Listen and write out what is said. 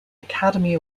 academy